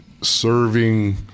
serving